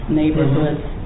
neighborhoods